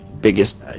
biggest